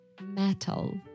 metal